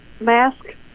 mask